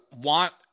want